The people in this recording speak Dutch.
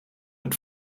het